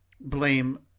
blame